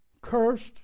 cursed